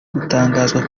gutangaza